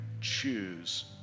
choose